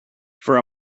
for